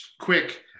quick